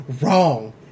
Wrong